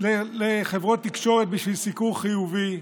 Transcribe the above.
לחברות תקשורת בשביל סיקור חיובי,